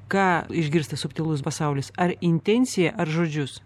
ką išgirsta subtilus pasaulis ar intenciją ar žodžius